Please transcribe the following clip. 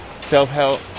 self-help